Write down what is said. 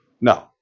No